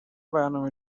برنامه